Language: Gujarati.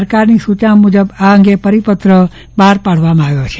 સરકારની સુચના મુજબ આ અંગે પરિપત્ર બફાર પાડવામાં આવ્યો છે